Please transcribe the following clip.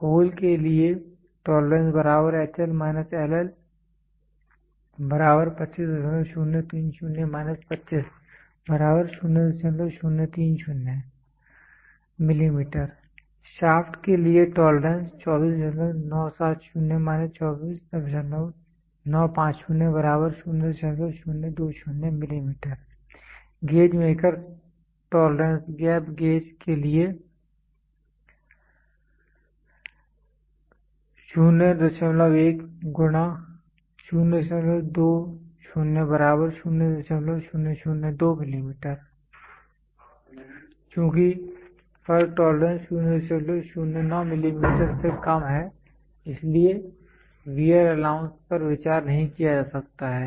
whole के लिए tolerance HL - LL 25030 - 25 0030 mm shaft के लिए tolerance 24970 - 24950 0020 mm gauge makers tolerance gap gauge के लिए 01 × 0020 0002 mm चूंकि वर्क टॉलरेंस 009 मिमी से कम है इसलिए वेयर अलाउंस पर विचार नहीं किया जा सकता है